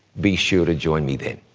be sure to join me then.